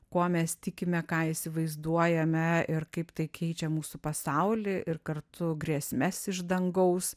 kuo mes tikime ką įsivaizduojame ir kaip tai keičia mūsų pasaulį ir kartu grėsmes iš dangaus